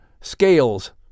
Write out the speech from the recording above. scales